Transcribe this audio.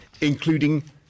including